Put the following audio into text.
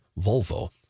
Volvo